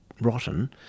rotten